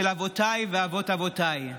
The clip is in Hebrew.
של אבותיי ואבות אבותיי.